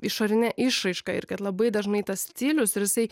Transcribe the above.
išorine išraiška ir kad labai dažnai tas stilius ir jisai